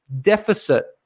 deficit